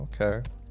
Okay